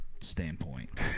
standpoint